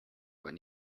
when